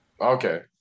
Okay